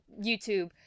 YouTube